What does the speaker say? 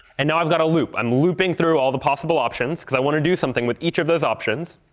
and now i've got a loop. i'm looping through all the possible options because i want to do something with each of those options.